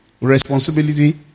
Responsibility